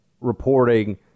Reporting